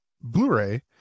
Blu-ray